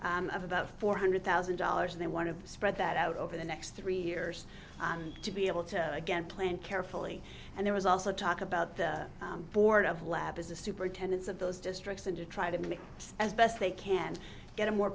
recently about four hundred thousand dollars and they want to spread that out over the next three years to be able to again plan carefully and there was also talk about the board of lab as a superintendent's of those districts and to try to make as best they can get a more